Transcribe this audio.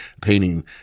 painting